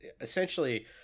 essentially